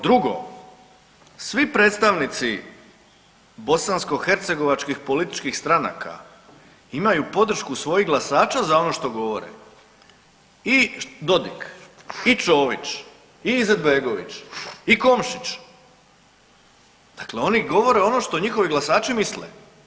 Drugo, svi predstavnici bosansko-hercegovačkih političkih stranaka imaju podršku svojih glasača za ono što govore i Dodik i Čović i Izetbegović i Komšić, dakle oni govore ono što njihovi glasači misle.